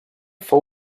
fou